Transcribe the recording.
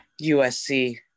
USC